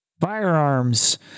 Firearms